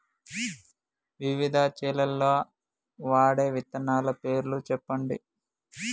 వివిధ చేలల్ల వాడే విత్తనాల పేర్లు చెప్పండి?